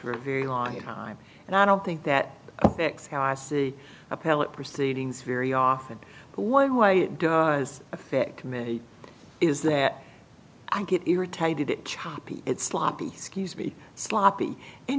a very long time and i don't think that affects how i see appellate proceedings very often but one way it does affect me is that i get irritated it choppy it's sloppy ski's very sloppy and